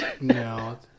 No